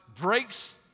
breaks